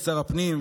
כשר הפנים,